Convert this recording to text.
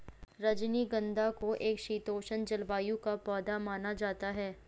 रजनीगंधा को एक शीतोष्ण जलवायु का पौधा माना जाता है